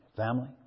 family